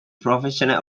professional